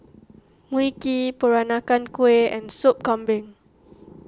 Mui Kee Peranakan Kueh and Sop Kambing